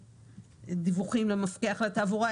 דיווחים למפקח על התעבורה.